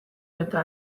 eta